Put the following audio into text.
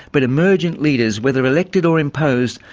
but emergent leaders, whether elected or imposed,